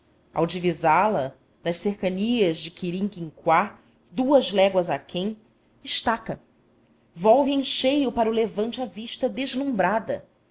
ao divisá la das cercanias de quirinquinquá duas léguas aquém estaca volve em cheio para o levante a vista deslumbrada